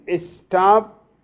stop